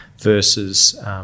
versus